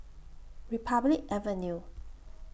Republic Avenue